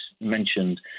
mentioned